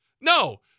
No